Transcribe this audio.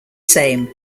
same